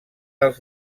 als